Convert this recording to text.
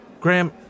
Graham